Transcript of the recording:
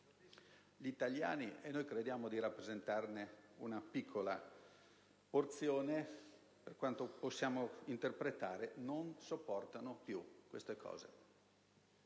Gli italiani, e noi crediamo di rappresentarne una piccola porzione, per quanto possiamo interpretare, non sopportano più queste cose.